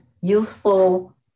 useful